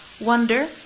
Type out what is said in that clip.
wonder